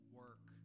work